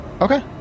Okay